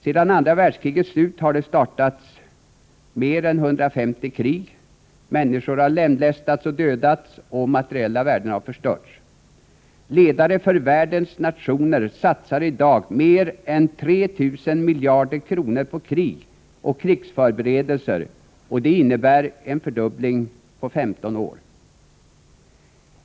Sedan andra världskrigets slut har det startats mer än 150 krig; människor har lemlästats och dödats och materiella värden har förstörts. Ledare för världens nationer satsar i dag mer än 3 000 miljarder kronor på krig och krigsförberedelser, och det innebär en fördubbling på 15 år.